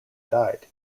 died